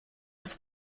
was